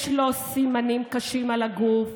יש לו סימנים קשים על הגוף.